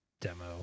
demo